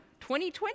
2020